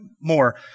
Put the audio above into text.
more